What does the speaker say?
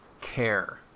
care